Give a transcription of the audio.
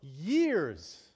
years